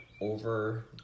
over